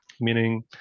meaning